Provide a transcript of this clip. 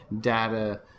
data